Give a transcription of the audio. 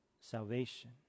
Salvation